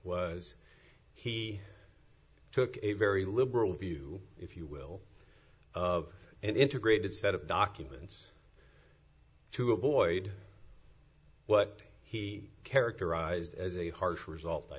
was he took a very liberal view if you will of an integrated set of documents to avoid what he characterized as a harsh result i